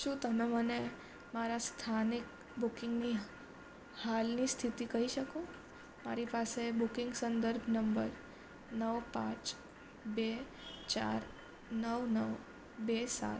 શું તમે મને મારા સ્થાનિક બુકિંગની હાલની સ્થિતિ કહી શકો મારી પાસે બુકિંગ સંદર્ભ નંબર નવ પાંચ બે ચાર નવ નવ બે સાત